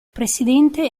presidente